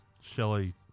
Shelly